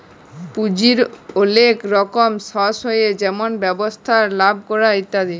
পুঁজির ওলেক রকম সর্স হ্যয় যেমল ব্যবসায় লাভ ক্যরে ইত্যাদি